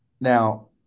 Now